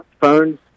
Phones